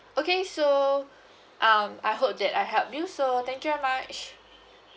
okay so um I hope that I help you so thank you very much